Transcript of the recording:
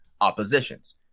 oppositions